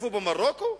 נרדפו במרוקו?